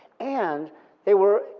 and they were,